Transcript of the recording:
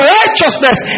righteousness